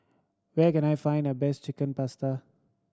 where can I find the best Chicken Pasta